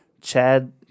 Chad